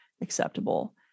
acceptable